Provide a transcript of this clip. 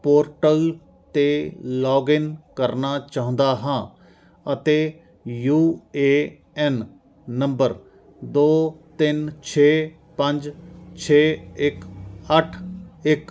portal 'ਤੇ login ਕਰਨਾ ਚਾਹੁੰਦਾ ਹਾਂ ਅਤੇ ਯੂ ਏ ਐੱਨ ਨੰਬਰ ਦੋ ਤਿੰਨ ਛੇ ਪੰਜ ਛੇ ਇੱਕ ਅੱਠ ਇੱਕ